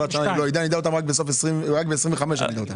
שנה אני לא אדע אותם רק ב-2025 אני אדע.